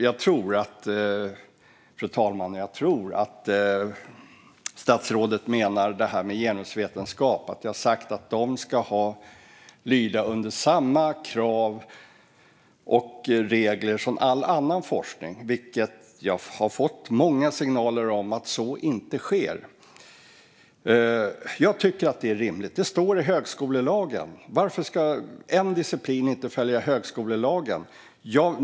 Jag tror, fru talman, att statsrådet menar detta med genusvetenskap och att jag har sagt att den ska lyda under samma krav och regler som all annan forskning. Jag har fått många signaler om att så inte sker. Jag tycker att det är rimligt. Det står i högskolelagen. Varför ska en disciplin inte följa högskolelagen?